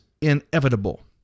inevitable